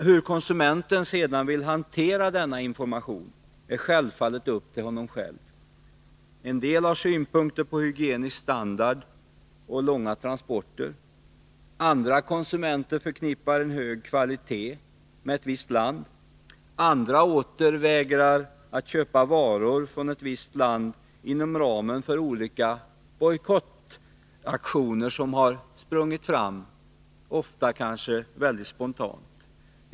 Hur konsumenten sedan vill hantera denna information ankommer självfallet på honom själv. En del har synpunkter på hygienisk standard och låaga transporter. Andra konsumenter förknippar en hög kvalitet med ett visst land. Andra åter vägrar att köpa varor från ett visst land inom ramen för olika bojkottaktioner som har sprungit fram, ofta spontant.